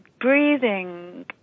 breathing